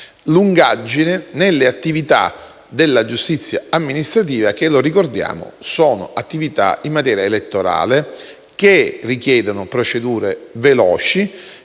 lungaggine nelle attività della giustizia amministrativa, che - lo ricordiamo - sono attività in materia elettorale che richiedono procedure veloci,